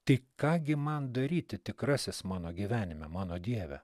tai ką gi man daryti tikrasis mano gyvenime mano dieve